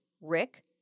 Rick